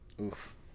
oof